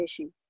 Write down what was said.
issue